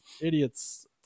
Idiots